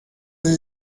sie